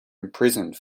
imprisoned